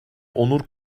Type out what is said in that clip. onur